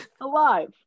alive